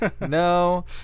No